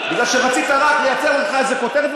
בגלל שרק רצית לייצר לך איזו כותרת,